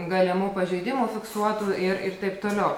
galimų pažeidimų fiksuotų ir ir taip toliau